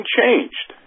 changed